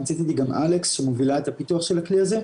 נמצאת איתי גם אלכס שמובילה את הפיתוח של הכלי הזה.